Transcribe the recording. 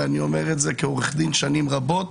ואני אומר את זה כעורך דין שנים רבות,